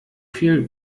viel